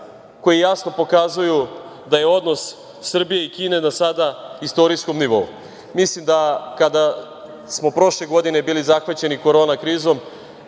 koji jasno pokazuju da je odnos Srbije i Kine za sada na istorijskom nivou. Mislim da kada smo prošle godine bili zahvaćeni korona krizom